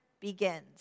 begins